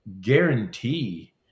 Guarantee